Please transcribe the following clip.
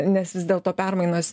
nes vis dėlto permainos